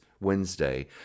Wednesday